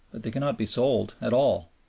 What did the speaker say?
but they cannot be sold at all.